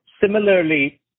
Similarly